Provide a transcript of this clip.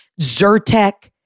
Zyrtec